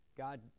God